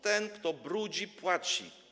Ten, kto brudzi, płaci.